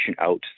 out